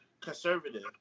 conservative